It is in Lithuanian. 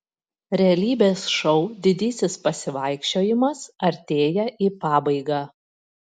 realybės šou didysis pasivaikščiojimas artėja į pabaigą